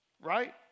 right